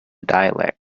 dialect